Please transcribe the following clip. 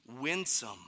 winsome